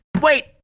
Wait